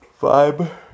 vibe